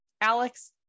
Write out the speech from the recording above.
Alex